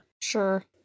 Sure